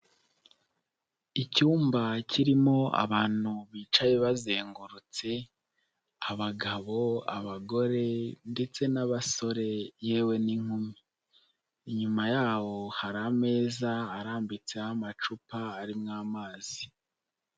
Icyumba kirimo abantu bicaye bazengurutse abagabo, abagore ndetse n'abasore yewe n'inkumi, inyuma yaho hari ameza arambitseho amacupa arimo amazi.